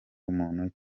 muntu